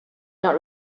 not